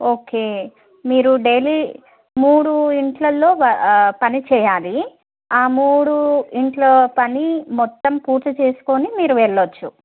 okay మీరు daily మూడు ఇళ్ళల్లో వ పని చెయ్యాలి ఆ మూడు ఇంట్లో పని మొత్తం పూర్తి చేసుకుని మీరు వెళ్ళొచ్చు